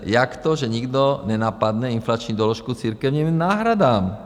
Jak to, že nikdo nenapadne inflační doložku k církevním náhradám?